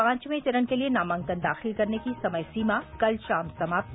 पांचवे चरण के लिये नामांकन दाखिल करने की समय सीमा कल शाम समाप्त